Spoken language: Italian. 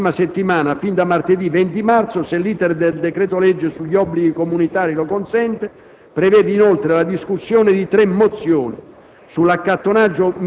Il calendario della prossima settimana - fin da martedì 20 marzo, se l'*iter* del decreto-legge sugli obblighi comunitari lo consente - prevede inoltre la discussione di tre mozioni: